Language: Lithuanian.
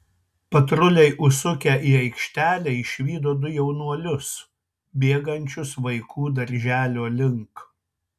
patruliai užsukę į aikštelę išvydo du jaunuolius bėgančius vaikų darželio link